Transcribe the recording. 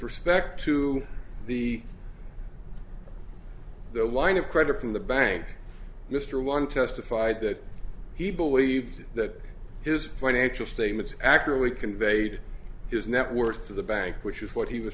respect to the the line of credit in the bank mr one testified that he believed that his financial statements accurately conveyed his net worth to the bank which is what he was